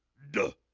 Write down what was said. duh,